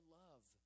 love